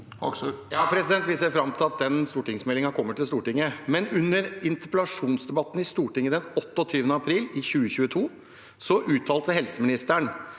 Vi ser fram til at den stortingsmeldingen kommer til Stortinget. Under interpellasjonsdebatten i Stortinget den 28. april 2022 uttalte helseministeren: